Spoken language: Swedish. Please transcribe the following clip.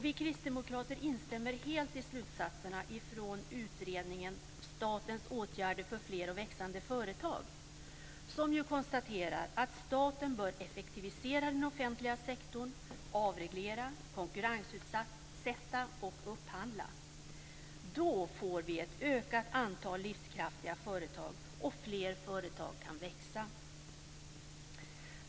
Vi kristdemokrater instämmer helt i slutsatserna från utredningen Statens åtgärder för fler och växande företag, som konstaterar att staten bör effektivisera den offentliga sektorn, avreglera, konkurrensutsätta och upphandla. Då får vi ett ökat antal livskraftiga företag och fler företag kan växa.